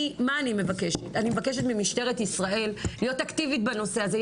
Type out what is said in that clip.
אני מבקשת ממשטרת ישראל להיות אקטיבית בנושא הזה.